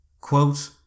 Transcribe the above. quote